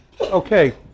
Okay